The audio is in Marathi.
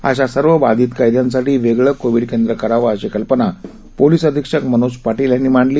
अशा सर्व बाधित कैदयांसाठी वेगळं कोविड केंद्र करावं अशी कल्पना पोलीस अधीक्षक मनोज पाटील यांनी मांडली